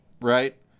Right